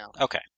Okay